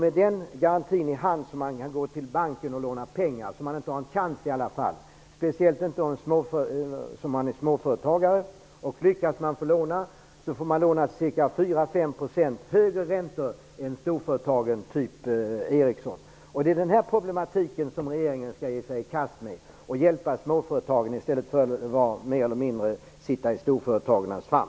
Med den garantin i handen kan han gå till banken och låna pengar. Lyckas han såsom småföretagare få låna pengar, får han låna till 4--5 % högre ränta än storföretagen, typ Ericsson. Denna problematik bör regeringen ge sig i kast med och hjälpa småföretagen i stället för att mer eller mindre sitta i storföretagens famn.